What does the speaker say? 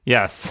Yes